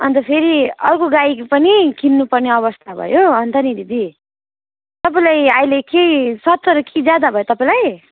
अनि त फेरि अर्को गाई पनि किन्नुपर्ने अवस्था भयो अनि त नि दिदी तपाईँले आहिले के सत्तरी के ज्यादा भयो तपाईँलाई